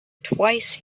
twice